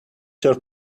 your